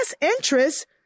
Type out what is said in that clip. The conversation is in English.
interest